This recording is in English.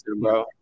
bro